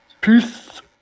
Peace